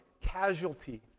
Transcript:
casualty